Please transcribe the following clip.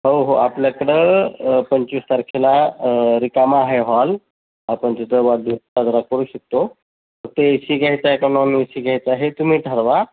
हो हो आपल्याकडं पंचवीस तारखेला रिकामा आहे हॉल आपण तिथं वाढदिवस साजरा करू शकतो ते ए सी घ्यायचं आहे का नॉन ए सी घ्यायचं आहे तुम्ही ठरवा